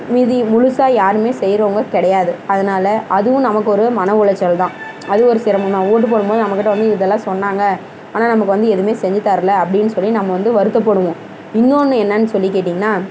மீதியை முழுசாக யாருமே செய்றோவங்க கிடையாது அதனால அதுவும் நமக்கு ஒரு மன உளைச்சல் தான் அது ஒரு சிரமந்தான் ஓட்டு போடும்போது நம்ம கிட்டே வந்து இதெல்லாம் சொன்னாங்க ஆனால் நமக்கு வந்து எதுவுமே செஞ்சு தரல அப்டின்னு சொல்லி நம்ம வந்து வருத்தப்படுவோம் இன்னொன்னு என்னான்னு சொல்லி கேட்டிங்கனா